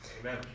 Amen